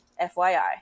FYI